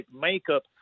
makeup